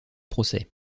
procès